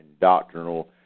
doctrinal